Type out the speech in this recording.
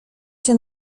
się